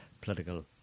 political